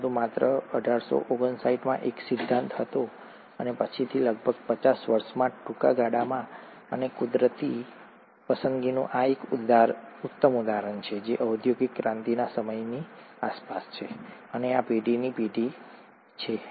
પરંતુ આ માત્ર 1859 માં એક સિદ્ધાંત હતો અને પછીથી લગભગ પચાસ વર્ષના ટૂંકા ગાળામાં અને આ કુદરતી પસંદગીનું ઉત્તમ ઉદાહરણ છે જે ઔદ્યોગિક ક્રાંતિના સમયની આસપાસ છે અને આ પેઢીની પેઢી છે